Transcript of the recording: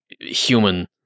human